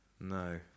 No